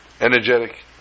energetic